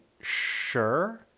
sure